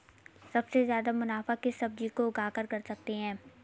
सबसे ज्यादा मुनाफा किस सब्जी को उगाकर कर सकते हैं?